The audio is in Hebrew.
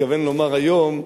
התכוון לומר היום,